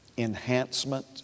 enhancement